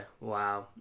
wow